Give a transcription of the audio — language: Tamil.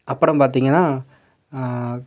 அப்புறம் பார்த்திங்கன்னா